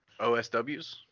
OSWs